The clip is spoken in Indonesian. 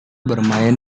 bermain